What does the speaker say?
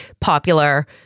popular